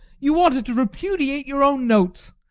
you wanted to repudiate your own notes,